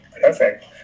Perfect